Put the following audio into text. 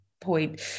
point